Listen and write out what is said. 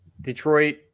Detroit